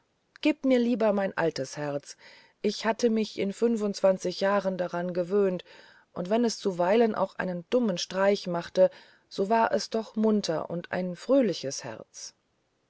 gebt mir lieber mein altes herz ich hatte mich in fünfundzwanzig jahren daran gewöhnt und wenn es zuweilen auch einen dummen streich machte so war es doch munter und ein fröhliches herz